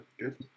good